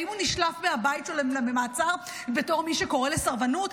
האם הוא נשלף מהבית למעצר בתור מי שקורא לסרבנות?